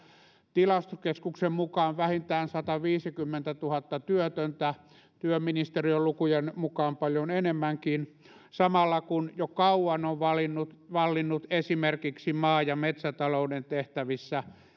tilastokeskuksen mukaan vähintään sataviisikymmentätuhatta työtöntä työministeriön lukujen mukaan paljon enemmänkin samalla kun jo kauan on vallinnut vallinnut esimerkiksi maa ja metsätalouden tehtävissä